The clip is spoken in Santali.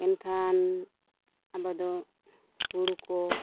ᱮᱱᱠᱷᱟᱱ ᱟᱵᱚ ᱫᱚ ᱦᱳᱲᱳ ᱠᱚ